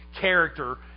character